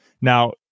Now